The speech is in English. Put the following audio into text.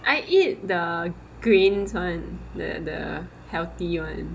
I eat the greens [one] the the healthy [one]